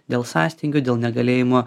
dėl sąstingio dėl negalėjimo